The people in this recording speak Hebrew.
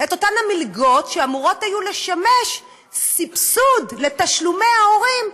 את אותן המלגות שאמורות היו לשמש סבסוד לתשלומי ההורים,